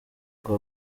ngo